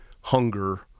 hunger